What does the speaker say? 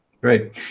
Great